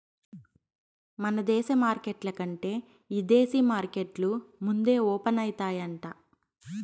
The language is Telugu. మన దేశ మార్కెట్ల కంటే ఇదేశీ మార్కెట్లు ముందే ఓపనయితాయంట